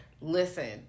Listen